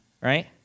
right